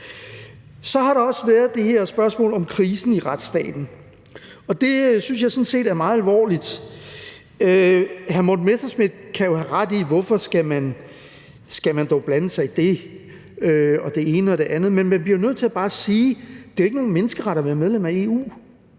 Så har der også været det her spørgsmål om krisen i retsstaten, og det synes jeg sådan set er meget alvorligt. Hr. Morten Messerschmidt kan jo have ret, når han spørger: Hvorfor skal man dog blande sig i det og det ene og det andet? Men man bliver jo nødt til bare at sige: Det er ikke nogen menneskeret at være medlem af EU.